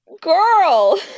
Girl